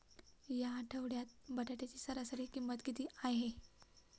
या आठवड्यात बटाट्याची सरासरी किंमत किती आहे?